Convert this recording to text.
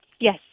Yes